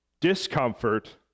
discomfort